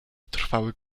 trwały